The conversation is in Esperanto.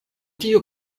tio